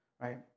right